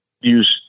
use